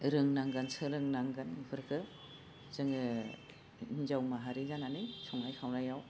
रोंनांगोन सोलोंनांगोन बेफोरखौ जोङो हिन्जाव माहारि जानानै संनाय खावनायाव